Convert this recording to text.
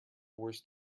worst